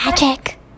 Magic